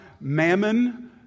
mammon